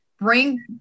bring